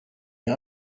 ihr